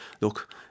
Look